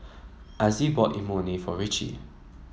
Azzie bought Imoni for Ritchie